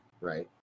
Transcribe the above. right